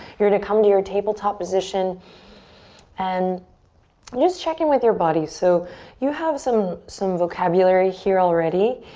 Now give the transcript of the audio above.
you're gonna come to your tabletop position and just check in with your body. so you have some some vocabulary here already.